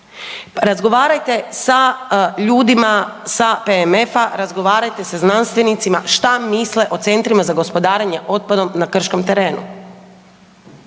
razgovarajte sa ljudima sa PMF-a, razgovarajte sa znanstvenicima šta misle o centrima za gospodarenje otpadom na krškom terenu.